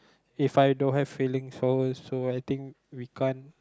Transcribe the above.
If I don't have feelings for her so I think we can't